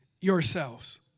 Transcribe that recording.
yourselves